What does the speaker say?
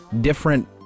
different